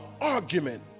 argument